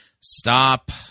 stop